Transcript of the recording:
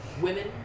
women